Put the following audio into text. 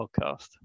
podcast